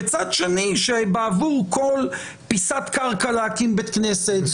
וצד שני שבעבור כל פיסת קרקע להקים בית כנסת,